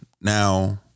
Now